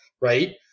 right